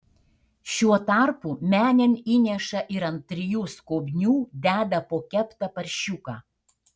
šiuo tarpu menėn įneša ir ant trijų skobnių deda po keptą paršiuką